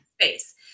space